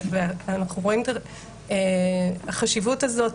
החשיבות הזאת,